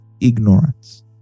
ignorance